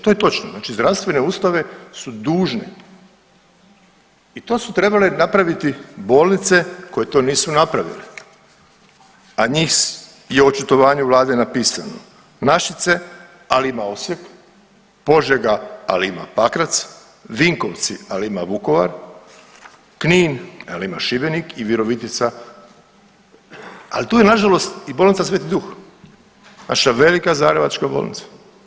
To je točno, znači zdravstvene ustanove su dužne i to su trebale napraviti bolnice koje to nisu napravile, a njih je u očitovanju vlade napisano Našice, ali ima Osijek, Požega, ali ima Pakrac, Vinkovci, ali ima Vukovar, Knin, ali ima Šibenik i Virovitica, ali tu je nažalost i bolnica Sv. Duh naša velika zagrebačka bolnica.